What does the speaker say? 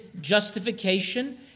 justification